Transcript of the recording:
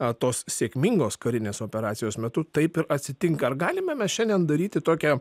a tos sėkmingos karinės operacijos metu taip ir atsitinka ar galime mes šiandien daryti tokią